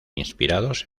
inspirados